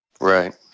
right